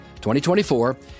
2024